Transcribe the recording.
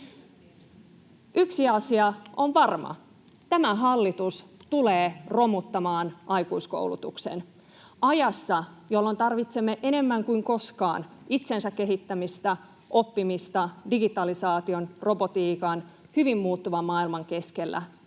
Yksi asia on varma. Tämä hallitus tulee romuttamaan aikuiskoulutuksen ajassa, jolloin tarvitsemme enemmän kuin koskaan itsensä kehittämistä ja oppimista digitalisaation, robotiikan ja hyvin muuttuvan maailman keskellä.